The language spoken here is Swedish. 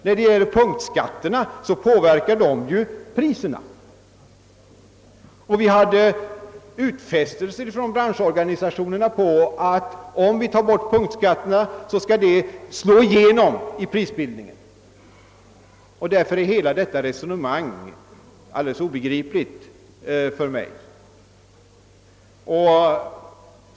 När det gäller punktskatterna så påverkar de priserna, och vi hade utfästelser ifrån branschorganisationerna att om vi tar bort punktskatterna skall detta slå igenom i prisbildningen. Därför är hela detta resonemang alldeles obegripligt för mig.